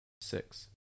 six